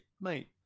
mate